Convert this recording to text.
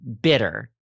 bitter